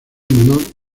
menor